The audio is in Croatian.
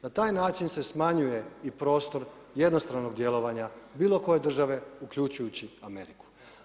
Na taj način se smanjuje i prostor jednostranog djelovanja bilo koje države uključujući Ameriku.